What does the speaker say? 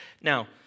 Now